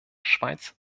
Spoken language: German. schweiz